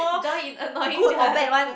join in annoying the the person